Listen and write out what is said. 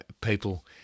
people